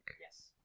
Yes